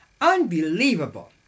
Unbelievable